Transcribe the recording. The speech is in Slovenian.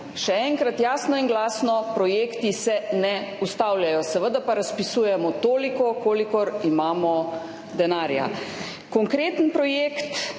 Še enkrat, jasno in glasno, projekti se ne ustavljajo. Seveda pa razpisujemo toliko, kolikor imamo denarja. Konkretni projekt,